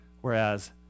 Whereas